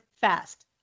fast